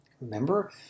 remember